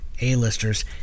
A-listers